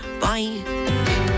Bye